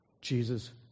Jesus